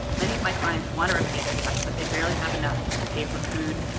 many of my clients want to repay their debts, but they barely have enough to pay for food,